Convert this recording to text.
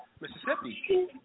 Mississippi